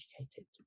educated